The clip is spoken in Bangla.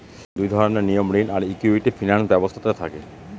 দুই ধরনের নিয়ম ঋণ আর ইকুইটি ফিনান্স ব্যবস্থাতে থাকে